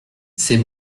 c’est